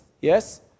yes